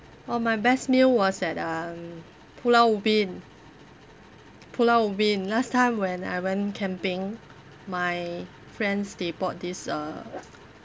orh my best meal was at um pulau ubin pulau ubin last time when I went camping my friends they bought this uh